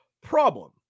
Problem